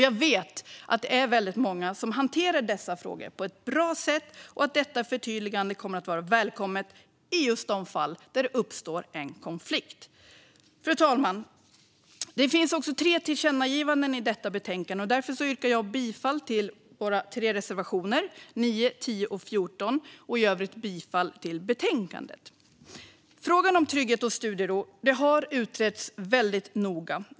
Jag vet att det är väldigt många som hanterar dessa frågor på ett bra sätt och att detta förtydligande kommer att vara välkommet i just de fall där det uppstår en konflikt. Fru talman! Det finns tre förslag till tillkännagivanden i detta betänkande. Därför yrkar jag bifall till våra reservationer 9, 10 och 14 och i övrigt bifall till förslaget i betänkandet. Frågan om trygghet och studiero har utretts väldigt noga.